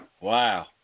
Wow